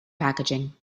packaging